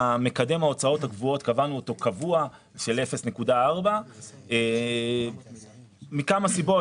את מקדם ההוצאות הקבועות קבענו קבוע בסך 0.4 וזאת מכמה סיבות.